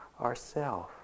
ourself